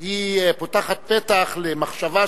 פותחת פתח למחשבה,